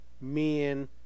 men